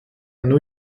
new